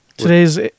today's